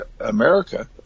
America